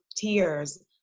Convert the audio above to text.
tears